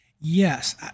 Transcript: Yes